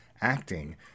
acting